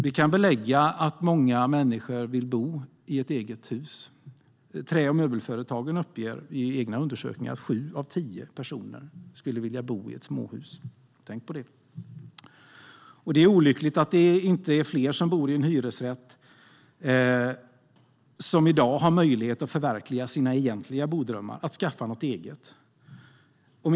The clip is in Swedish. Vi kan belägga att många människor vill bo i ett eget hus. Trä och möbelföretagen uppger i egna undersökningar att sju av tio personer skulle vilja bo i småhus. Tänk på det! Det är olyckligt att inte fler som bor i hyresrätt i dag har möjlighet att förverkliga sina egentliga bodrömmar om att skaffa något eget.